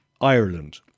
Ireland